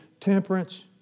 temperance